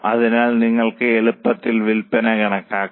അതിനാൽ നിങ്ങൾക്ക് എളുപ്പത്തിൽ വിൽപ്പന കണക്കാക്കാം